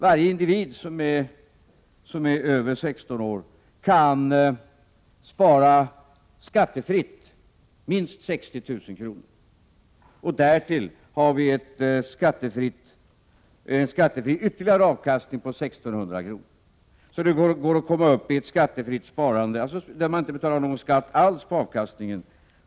Varje individ över 16 år kan skattefritt spara minst 60 000 kr. om året. Därutöver kan han eller hon tillgodogöra sig ytterligare en skattefri avkastning på 1 600 kr. Det går således att spara uppemot 80 000 kr. utan att behöva betala skatt på avkastningen.